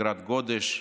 אגרת גודש,